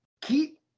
keep